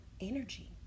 energy